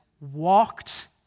walked